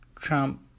Trump